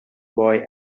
boy